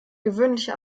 gewöhnliche